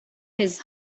his